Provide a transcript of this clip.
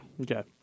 Okay